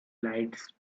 lights